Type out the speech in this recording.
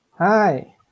Hi